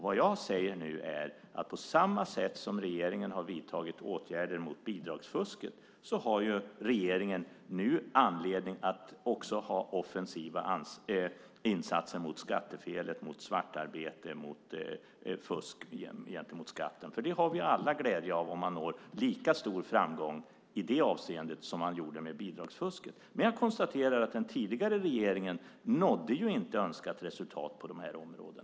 Vad jag nu säger är att på samma sätt som regeringen har vidtagit åtgärder mot bidragsfusket har regeringen nu anledning att också göra offensiva insatser mot skattefelen, svartarbete och fusk mot skatten. Vi har alla lika stor glädje av att man når lika stor framgång i det avseendet som med bidragsfusket. Jag konstaterar att den tidigare regeringen inte nådde önskat resultat på dessa områden.